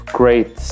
great